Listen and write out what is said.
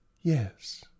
Yes